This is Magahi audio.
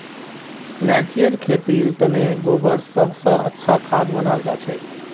इलायचीर खेतीर तने गोबर सब स अच्छा खाद मनाल जाछेक